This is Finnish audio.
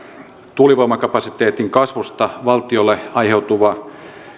tuulivoimakapasiteetin kasvusta valtiolle aiheutuva